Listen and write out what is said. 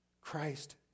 Christ